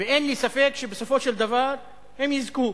ואין לי ספק שבסופו של דבר הם יזכו.